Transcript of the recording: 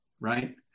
Right